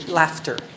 laughter